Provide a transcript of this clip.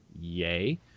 Yay